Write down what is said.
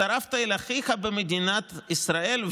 הצטרפת אל אחיך במדינת ישראל,